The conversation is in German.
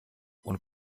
und